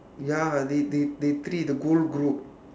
ya they they they three the group